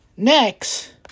Next